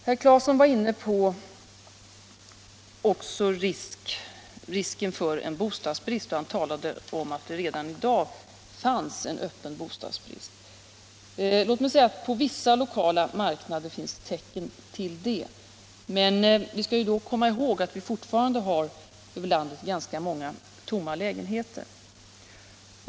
Herr Claeson var inne på risken för en bostadsbrist och han sade att det redan i dag fanns en öppen bostadsbrist. Ja, på vissa lokala marknader finns tecken därtill. Men vi skall då komma ihåg att vi i landet fortfarande har ganska många tomma lägenheter.